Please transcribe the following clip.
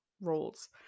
roles